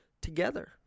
together